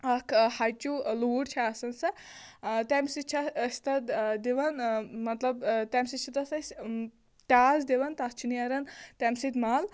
اَکھ ہَچِو لوٗر چھِ آسان سۄ آ تَمہِ سۭتۍ چھِ أسۍ تَتھ دِوان مطلب تَمہِ سۭتۍ چھِ تَتھ أسۍ ٹاس دِوان تَتھ چھِ نٮ۪ران تَمہِ سۭتۍ مَل